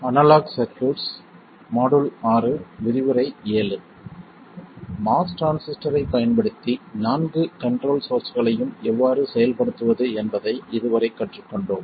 MOS டிரான்சிஸ்டரைப் பயன்படுத்தி நான்கு கண்ட்ரோல் சோர்ஸ்களையும் எவ்வாறு செயல்படுத்துவது என்பதை இதுவரை கற்றுக்கொண்டோம்